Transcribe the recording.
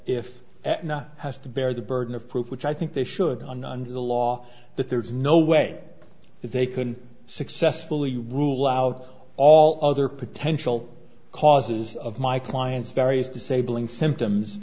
not has to bear the burden of proof which i think they should under the law that there's no way that they can successfully rule out all other potential causes of my client's various disabling symptoms